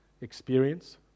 experience